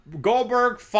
Goldberg